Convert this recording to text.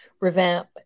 revamp